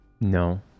No